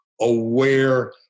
aware